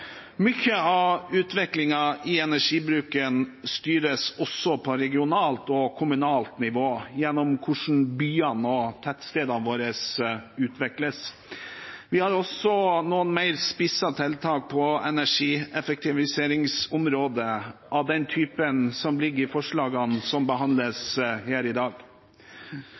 av utviklingen i energibruken styres også på regionalt og kommunalt nivå gjennom hvordan byene og tettstedene våre utvikles. Vi har også noen mer spissede tiltak på energieffektiviseringsområdet av den typen som ligger i forslagene som behandles her i dag.